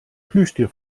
plüschtier